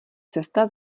cesta